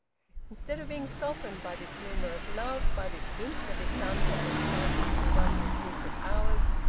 instead of being softened by this rumour of love, by this hint that his son had been passing through wondrous secret hours,